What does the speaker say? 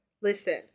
Listen